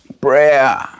Prayer